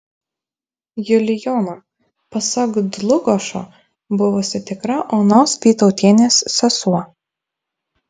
julijona pasak dlugošo buvusi tikra onos vytautienės sesuo